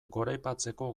goraipatzeko